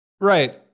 right